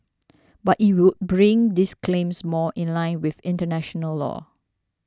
but it would bring these claims more in line with international law